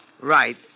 right